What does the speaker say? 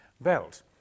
belt